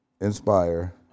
inspire